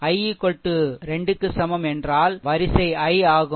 i 2 க்கு சமம் என்றால் வரிசை i ஆகும்